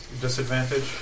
disadvantage